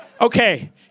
okay